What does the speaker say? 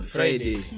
Friday